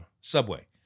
subway